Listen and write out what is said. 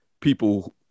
people